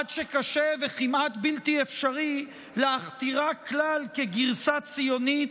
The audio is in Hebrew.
עד שקשה וכמעט בלתי אפשרי כלל להכתירה כגרסה ציונית,